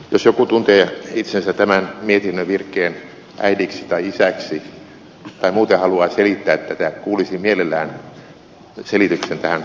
jos joku tuntee itsensä tämän mietinnön virkkeen äidiksi tai isäksi tai muuten haluaa selittää tätä kuulisin mielelläni selityksen tähän syvälle luotaavaan virkkeeseen